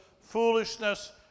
foolishness